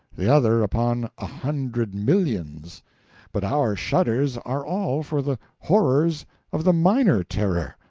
the other upon a hundred millions but our shudders are all for the horrors of the minor terror,